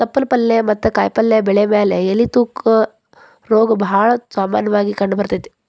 ತಪ್ಪಲ ಪಲ್ಲೆ ಮತ್ತ ಕಾಯಪಲ್ಲೆ ಬೆಳಿ ಮ್ಯಾಲೆ ಎಲಿ ತೂತ ರೋಗ ಬಾಳ ಸಾಮನ್ಯವಾಗಿ ಕಂಡಬರ್ತೇತಿ